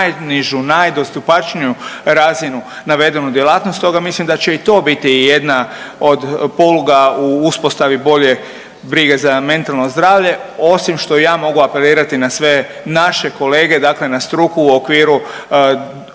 najnižu, najdostupačniju razinu navedenu djelatnost, stoga mislim da će i to biti jedna od poluga u uspostavi bolje brige za mentalno zdravlje. Osim što ja mogu apelirati na sve naše kolege, dakle na struku u okviru,